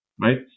right